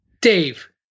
Dave